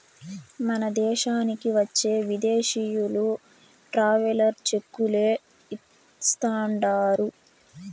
మన దేశానికి వచ్చే విదేశీయులు ట్రావెలర్ చెక్కులే ఇస్తాండారు